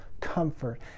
comfort